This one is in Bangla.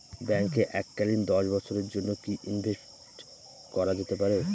ব্যাঙ্কে এককালীন দশ বছরের জন্য কি ইনভেস্ট করা যেতে পারে?